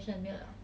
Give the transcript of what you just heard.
mmhmm